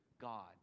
God